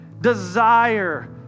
desire